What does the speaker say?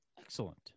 Excellent